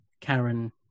karen